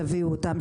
תביאו אותם,